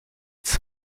it’s